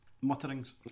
Mutterings